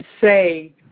say